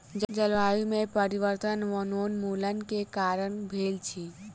जलवायु में परिवर्तन वनोन्मूलन के कारण भेल अछि